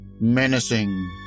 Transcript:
menacing